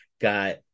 got